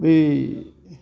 बै